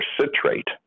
citrate